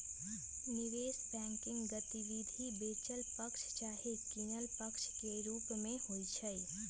निवेश बैंकिंग गतिविधि बेचल पक्ष चाहे किनल पक्ष के रूप में होइ छइ